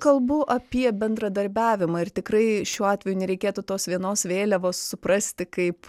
kalbu apie bendradarbiavimą ir tikrai šiuo atveju nereikėtų tos vienos vėliavos suprasti kaip